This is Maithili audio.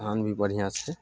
धान भी बढ़िआँ छै